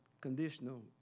conditional